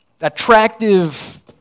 attractive